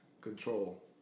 control